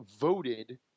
voted –